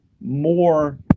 more